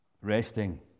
resting